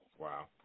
Wow